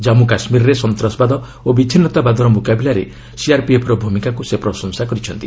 ଜାନ୍ମ କାଶ୍ରାରରେ ସନ୍ତାସବାଦ ଓ ବିଚ୍ଛିନ୍ତାବାଦର ମ୍ରକାବିଲାରେ ସିଆର୍ପିଏଫ୍ର ଭୂମିକାକ୍ ସେ ପ୍ରଶଂସା କରିଛନ୍ତି